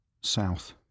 South